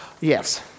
Yes